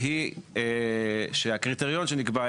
היא שהקריטריון שנקבע,